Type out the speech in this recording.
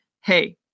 hey